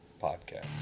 Podcast